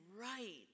right